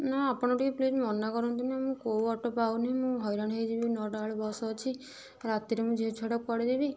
ନା ଆପଣ ଟିକେ ପ୍ଲିଜ ମନା କରନ୍ତୁନି ମୁଁ କେଉଁ ଅଟୋ ପାଉନି ମୁଁ ହଇରାଣ ହେଇଯିବି ନଅଟା ବେଳେ ବସ୍ ଅଛି ରାତିରେ ମୁଁ ଝିଅ ଛୁଆଟା ଯିବି